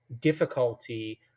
difficulty